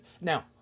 Now